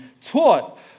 taught